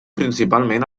principalment